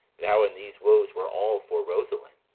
thou and these woes were all for rosaline.